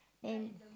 and